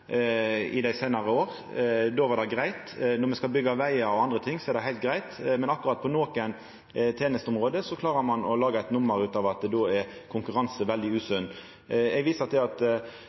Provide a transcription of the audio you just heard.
med dei seinare åra. Då var det greitt. Når me skal byggja vegar og andre ting, er det heilt greitt. Men på nokre tenesteområde klarer ein å laga eit nummer ut av at då er konkurranse veldig usunt. Eg viser til at